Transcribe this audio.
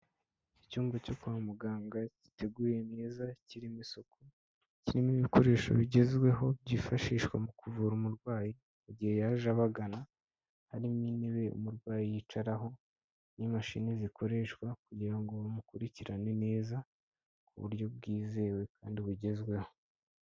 Icyumba cyo kwa muganga giteguye neza kirimo isuku, kirimo ibikoresho bigezweho byifashishwa mu kuvura umurwayi igihe yaje abagana, harimo intebe umurwayi yicaraho n'imashini zikoreshwa kugira ngo bamukurikirane neza ku buryo bwizewe kandi bugezweho.